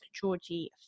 georgie